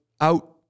out